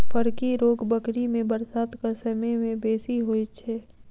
फड़की रोग बकरी मे बरसातक समय मे बेसी होइत छै